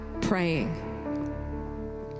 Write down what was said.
praying